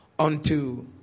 unto